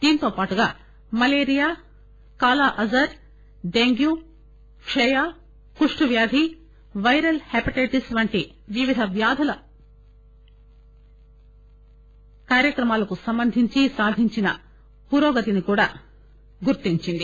దీంతోపాటు malaria kala azar dengue క్షయ కుష్టు వ్యాధి పైరల్ హెపటెటిస్ వంటి వివిధ వ్యాధుల కార్యక్రమాలకు సంబంధించి సాధించిన పురోగతిని కూడా గుర్తించింది